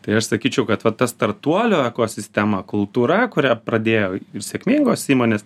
tai aš sakyčiau kad va tas startuolių ekosistema kultūra kurią pradėjo ir sėkmingos įmonės